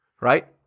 right